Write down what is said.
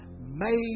made